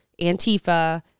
Antifa